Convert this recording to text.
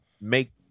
make